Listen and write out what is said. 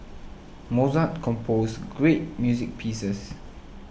Mozart composed great music pieces